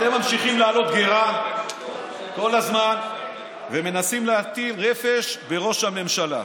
אתם ממשיכים להעלות גירה כל הזמן ומנסים להטיל רפש בראש הממשלה.